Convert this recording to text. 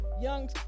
young